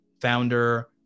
founder